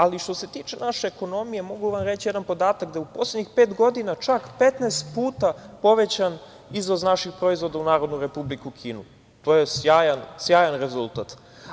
Ali, što se tiče naše ekonomije, mogu vam reći jedan podatak da u poslednjih pet godina čak je 15 puta povećan izvoz naših proizvoda u Narodnu Republiku Kinu i to je sjajan rezultat.